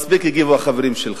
מספיק הגיבו החברים שלך.